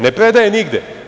Ne predaje nigde.